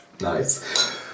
Nice